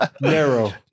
Narrow